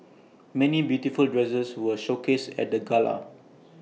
many beautiful dresses were showcased at the gala